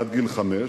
עד גיל חמש,